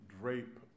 drape